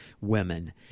women